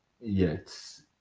Yes